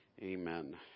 amen